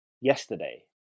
yesterday